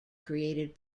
created